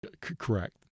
Correct